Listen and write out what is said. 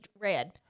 red